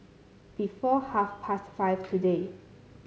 before half past five today